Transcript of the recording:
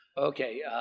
okay,